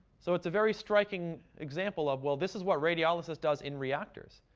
so it's a very striking example of, well, this is what radiolysis does in reactors.